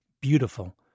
beautiful